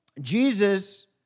Jesus